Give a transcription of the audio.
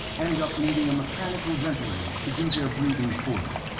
end up needing a mechanical ventilator to do their breathing for them.